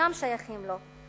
שאינם שייכים לו.